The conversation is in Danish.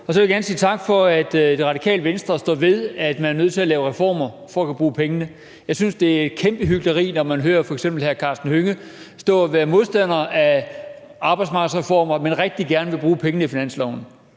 Og så vil jeg gerne sige tak for, at Radikale Venstre står ved, at man er nødt til at lave reformer for at kunne bruge pengene. Jeg synes, det er et kæmpe hykleri, når man f.eks. hører hr. Karsten Hønge stå og være modstander af arbejdsmarkedsreformer – og at man også rigtig gerne vil bruge pengene i finansloven.